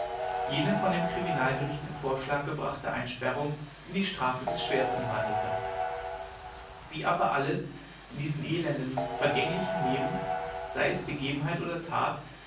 jene von dem kriminalgericht in vorschlag gebrachte einsperrung in die strafe des schwerts umwandelte wie aber alles in diesem elenden vergänglichen leben sei es begebenheit oder tat